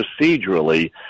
procedurally